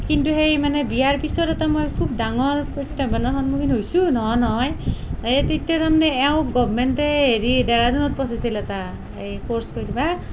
কিন্তু সেই মানে বিয়াৰ পিছততো মই খুব ডাঙৰ প্ৰত্যাহ্বানৰ সন্মুখীন হৈছোঁ নোহোৱা নহয় এই তেতিয়া তাৰমানে এওঁক গভমেণ্টে হেৰি ডেৰাডুনত পঠাইছিল এটা এই ক'ৰ্ছ কৰিব